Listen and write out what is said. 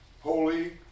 Holy